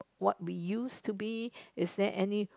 what we used to be is that any